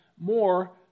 more